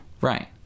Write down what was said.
Right